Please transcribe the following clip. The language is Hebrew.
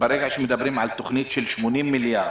ברגע שמדברים על תוכנית של 80 מיליארד,